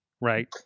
right